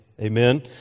Amen